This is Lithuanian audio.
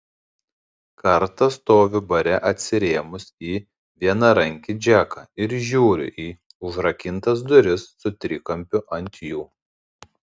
kartą stoviu bare atsirėmus į vienarankį džeką ir žiūriu į užrakintas duris su trikampiu ant jų